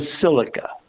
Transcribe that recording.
Basilica